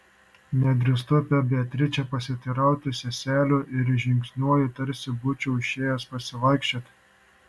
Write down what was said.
nedrįstu apie beatričę pasiteirauti seselių ir žingsniuoju tarsi būčiau išėjęs pasivaikščioti